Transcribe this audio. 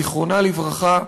זיכרונה לברכה,